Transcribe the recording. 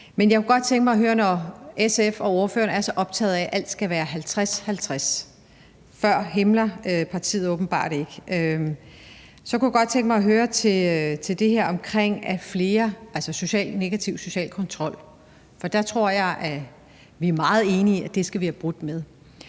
må det være det frie valg. Når SF og ordføreren er så optaget af, at alt skal være 50-50 – før helmer partiet åbenbart ikke – kunne jeg godt tænke mig at spørge til det her omkring negativ social kontrol, for der tror jeg, at vi er meget enige om, at det skal vi have brudt med.